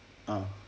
ah